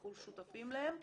אנחנו שותפים להם,